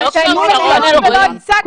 תנו לנו להציג אותם.